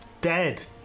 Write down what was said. dead